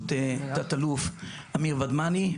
בראשות תת אלוף אמיר ודמני.